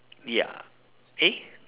ya eh